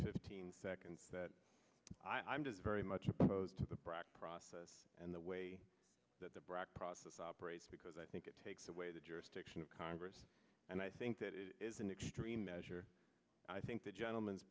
fifteen seconds that i'm just very much opposed to the brac process and the way that the brac process operates because i think it takes away the jurisdiction of congress and i think that it is an extreme measure i think that gentleman's